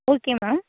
okay ma'am